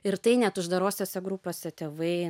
ir tai net uždarosiose grupėse tėvai